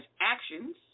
actions